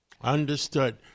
Understood